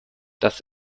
das